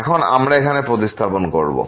এখন আমরা এখানে প্রতিস্থাপন করব